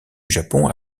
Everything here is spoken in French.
japon